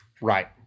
Right